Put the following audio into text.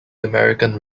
american